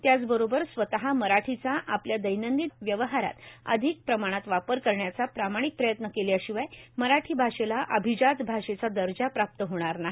त्याचबरोबर स्वत मराठीचा आपल्या दैनंदिन व्यवहारात अधिक प्रमाणात वापर करण्याचा प्रामाणिक प्रयत्न केल्याशिवाय मराठी भाषेला अभिजात भाषेचा दर्जा प्राप्त होणार नाही